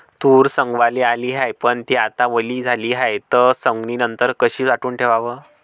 तूर सवंगाले आली हाये, पन थे आता वली झाली हाये, त सवंगनीनंतर कशी साठवून ठेवाव?